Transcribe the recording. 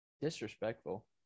Disrespectful